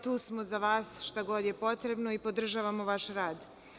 Tu smo za vas, šta god je potrebno, i podržavamo vaš rad.